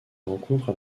rencontre